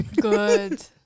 Good